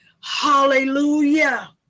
hallelujah